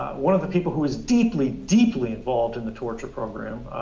one of the people who is deeply, deeply involved in the torture program